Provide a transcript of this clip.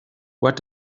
what